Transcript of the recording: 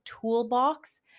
toolbox